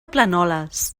planoles